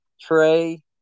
Trey